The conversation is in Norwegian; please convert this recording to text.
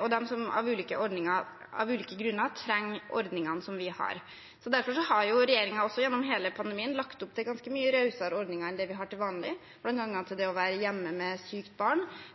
og dem som av ulike grunner trenger ordningene vi har. Derfor har regjeringen også gjennom hele pandemien lagt opp til ganske mye rausere ordninger enn det vi har til vanlig, bl.a. det å være hjemme med sykt barn,